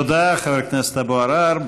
תודה, חבר הכנסת אבו עראר.